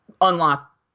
unlock